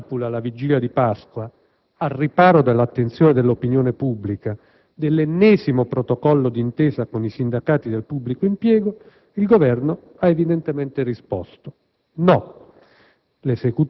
Con la stipula alla vigilia di Pasqua, al riparo dall'attenzione dell'opinione pubblica, dell'ennesimo protocollo d'intesa con i sindacati del pubblico impiego il Governo ha evidentemente risposto: no,